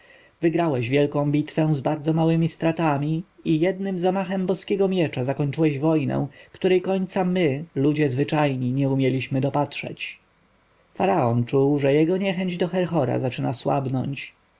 wygrałeś wielką bitwę z bardzo małemi stratami i jednym zamachem boskiego miecza zakończyłeś wojnę której końca my ludzie zwyczajni nie umieliśmy dopatrzeć faraon czuł że jego niechęć do herhora zaczyna słabnąć